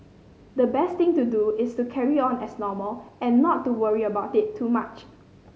the best thing to do is to carry on as normal and not to worry about it too much